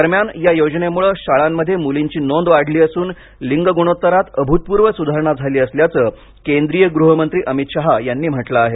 दरम्यान या योजनेमुळे शाळांमध्ये मुलींची नोंद वाढली असून लिंग गुणोत्तरात अभूतपूर्व सुधारणा झाली असल्याचं केंद्रीय गृहमंत्री अमित शहा यांनी म्हटलं आहे